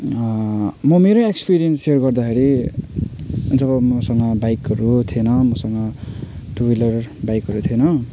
म मेरै experience share गर्दाखेरि जब मसँग बाइकहरू थिएन मसँग टु व्हिलर बाइकहरू थिएन